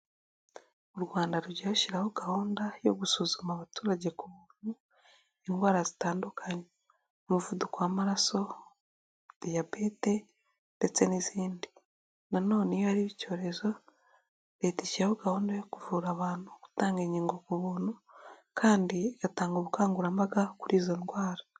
U Rwanda rujya rushyiraho gahunda yo gusuzuma abaturage ku buntu, indwara zitandukanye, umuvuduko w'amaraso, diyabete ndetse n'izindi, nano iyo hari icyorezo Leta ishyiraho gahunda yo kuvura abantu, gutanga inkingo ku buntu kandi igatanga ubukangurambaga kuri izo ndwara.